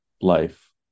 life